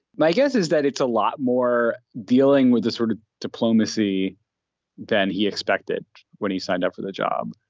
my guess is that it's a lot more dealing with this sort of diplomacy than he expected when he signed up for the job.